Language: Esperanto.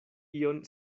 ion